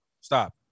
Stop